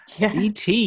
et